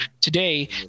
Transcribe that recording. Today